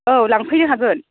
औ लांफैनो हागोन